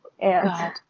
God